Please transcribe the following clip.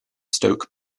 stoke